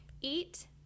eat